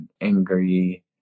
angry